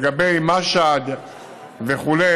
לגבי אל-משהד וכו',